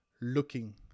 looking